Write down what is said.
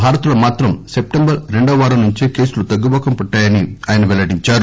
భారత్ లో మాత్రం సెప్టెంబర్ రెండోవారం నుంచే కేసులు తగ్గుముఖం పట్టాయని ఆయన పెల్లడించారు